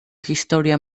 historia